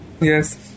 Yes